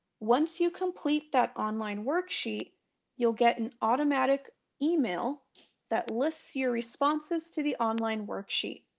once you complete that online worksheet you'll get an automatic email that lists your responses to the online worksheet.